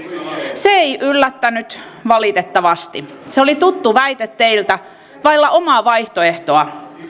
se ei yllättänyt valitettavasti se oli tuttu väite teiltä vailla omaa vaihtoehtoa